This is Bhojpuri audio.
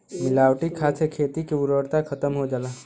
मिलावटी खाद से खेती के उर्वरता खतम हो जाला